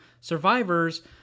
survivors